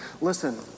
Listen